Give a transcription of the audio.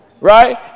Right